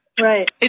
Right